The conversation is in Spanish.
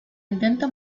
intenta